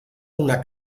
una